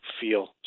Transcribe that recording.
feel